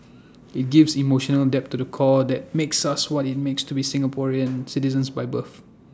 IT gives emotional depth to the core that makes us what IT means to be Singaporean citizens by birth